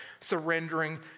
surrendering